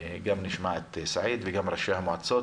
נשמע את סעיד וגם את ראשי המועצות